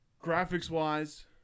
Graphics-wise